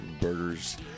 burgers